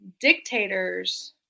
dictators